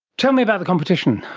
tell me about the competition.